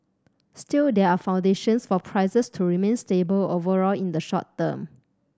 still there are foundations for prices to remain stable overall in the short term